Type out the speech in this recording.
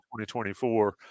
2024